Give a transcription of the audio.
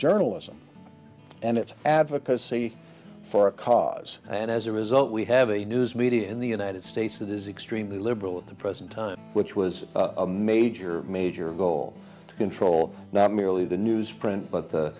journalism and it's advocacy for a cause and as a result we have a news media in the united states that is extremely liberal at the present time which was a major major goal to control not merely the news print but the